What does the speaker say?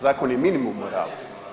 Zakon je minimum morala.